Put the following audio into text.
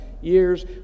Years